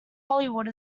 hollywood